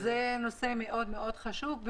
זה נושא מאוד מאוד חשוב,